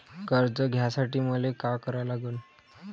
कर्ज घ्यासाठी मले का करा लागन?